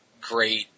great